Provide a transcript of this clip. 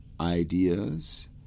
ideas